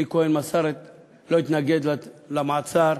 אלי כהן לא התנגד למעצר,